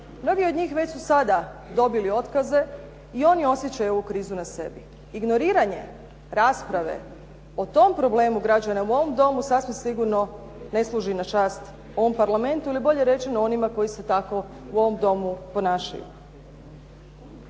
Mnogi od njih već su sada dobili otkaze i oni osjećaju ovu krizu na sebi. Ignoriranje rasprave o tom problemu građana u ovom Domu, sasvim sigurno ne služi na čast ovom Parlamentu, ili bolje rečeno, onima koji se tako u ovom Domu ponašaju.